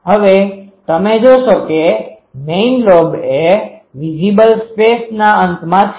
હવે તમે જોશો કે મેઈન લોબ એ વિઝીબલ સ્પેસના અંતમાં છે